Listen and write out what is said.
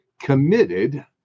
committed